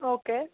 okay